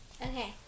Okay